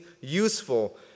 useful